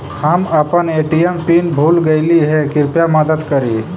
हम अपन ATM PIN भूल गईली हे, कृपया मदद करी